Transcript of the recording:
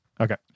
Okay